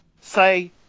Say